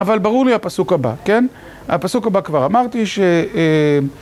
אבל ברור לי הפסוק הבא, כן? הפסוק הבא כבר, אמרתי ש...